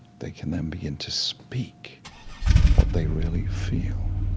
they can then begin to speak what they really feel.